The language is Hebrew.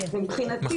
ומבחינתי